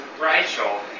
Rachel